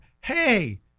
hey